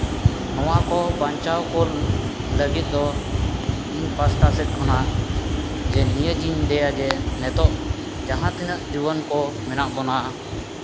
ᱱᱚᱣᱟ ᱠᱚ ᱵᱟᱧᱪᱟᱣ ᱠᱚ ᱞᱟᱹᱜᱤᱫ ᱫᱚ ᱤᱧ ᱯᱟᱥᱴᱟ ᱥᱮᱫ ᱠᱷᱚᱱᱟᱜ ᱱᱤᱭᱟᱹᱜᱤᱧ ᱞᱟᱹᱭᱟ ᱡᱮ ᱱᱤᱛᱚᱜ ᱡᱟᱦᱟᱸ ᱛᱤᱱᱟᱹᱜ ᱡᱩᱣᱟᱹᱱ ᱠᱚ ᱢᱮᱱᱟᱜ ᱵᱚᱱᱟ